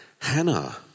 Hannah